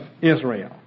Israel